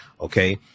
okay